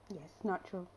ya it's not true